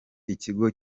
ikigo